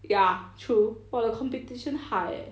ya true !wah! the competition high eh